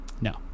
no